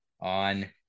on